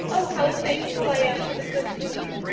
oh, how thankful i am for the good food.